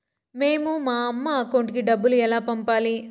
మేము మా అమ్మ అకౌంట్ కి డబ్బులు ఎలా పంపాలి